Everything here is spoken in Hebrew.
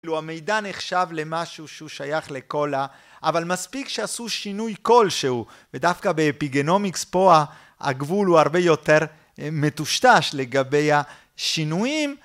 כאילו המידע נחשב למשהו שהוא שייך לכל ה..., אבל מספיק שיעשו שינוי כלשהו. ודווקא באפיגנומיקס פה הגבול הוא הרבה יותר מטושטש לגבי השינויים.